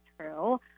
true